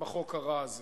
בחוק הרע הזה.